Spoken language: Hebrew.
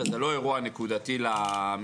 וזה לא אירוע נקודתי למשטרה,